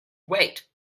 wait